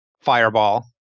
fireball